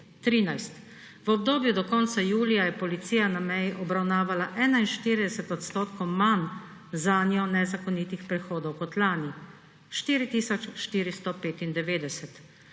13. V obdobju do konca julija je policija na meji obravnavala 41 % manj zanjo nezakonitih prehodov kot lani –